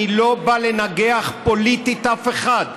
אני לא בא לנגח פוליטית אף אחד,